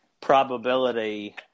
probability